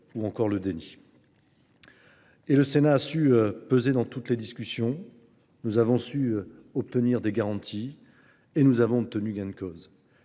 ou encore le déni. Et le Sénat a su peser dans toutes les discussions, nous avons su obtenir des garanties et nous avons obtenu gain de cause.